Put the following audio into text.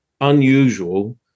unusual